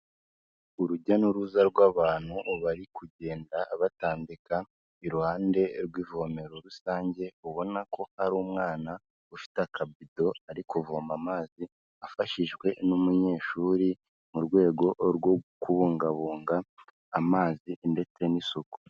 Urujya n'uruza rw'abantu bari kugenda batambika iruhande rw'ivomero rusange, ubona ko hari umwana ufite akabido ari kuvoma amazi afashijwe n'umunyeshuri, mu rwego rwo kubungabunga amazi ndetse n'isuku.